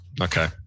okay